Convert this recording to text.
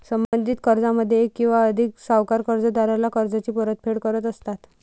संबंधित कर्जामध्ये एक किंवा अधिक सावकार कर्जदाराला कर्जाची परतफेड करत असतात